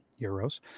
euros